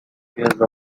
phase